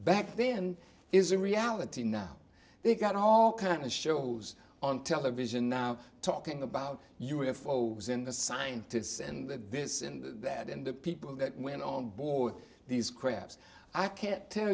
back then is a reality now they've got all kinds of shows on television now talking about u f o was in the scientists and this and that and the people that went on board these craps i can't tell